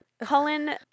Cullen